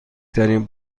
ترین